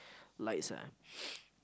lights ah